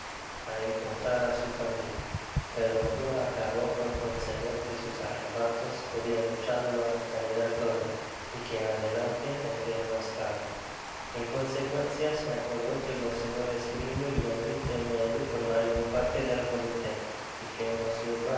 á encontrar su familia el doctor acabó por conceder que sus arrebatos podian echarlo á perder todo y que en adelante tendria mas calma en consecuencia se acordó que los señores grimwig y enrique maylie formarian parte del comité y que